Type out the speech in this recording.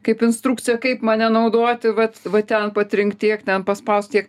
kaip instrukcija kaip mane naudoti vat va ten patrink tiek ten paspausk tiek